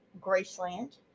Graceland